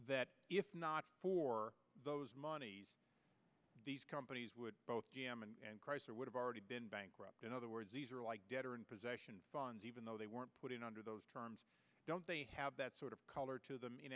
that if not for those moneys these companies would both g m and chrysler would have already been bankrupt in other words these are like debtor in possession funds even though they weren't put in under those terms don't they have that sort of color to them in